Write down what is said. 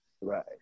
Right